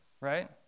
right